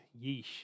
Yeesh